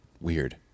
Weird